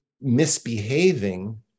misbehaving